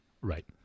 Right